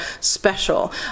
special